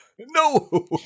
no